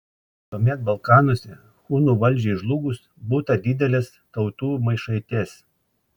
tuomet balkanuose hunų valdžiai žlugus būta didelės tautų maišaties